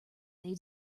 they